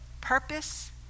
purpose